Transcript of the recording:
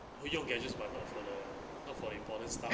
会用 gadgets but not for the not for important stuff